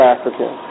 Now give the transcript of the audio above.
African